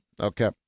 Okay